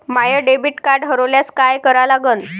माय debit card हरोल्यास काय करा लागन?